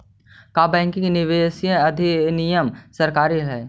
का बैंकिंग विनियमन अधिनियम सरकारी हई?